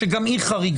שגם היא חריגה.